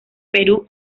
perú